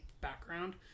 background